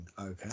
Okay